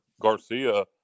Garcia